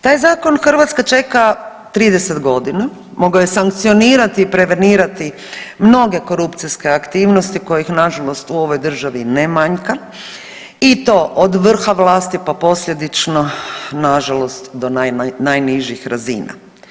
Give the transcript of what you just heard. Taj zakon Hrvatska čeka 30.g., mogao je sankcionirati i prevenirati mnoge korupcijske aktivnosti kojih nažalost u ovoj državi ne manjka i to od vrha vlasti, pa posljedično nažalost do najnižih razina.